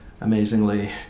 amazingly